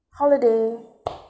holiday